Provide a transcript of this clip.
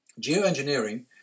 Geoengineering